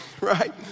right